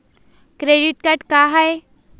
Credit card का हाय?